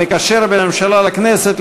המקשר בין הממשלה לכנסת,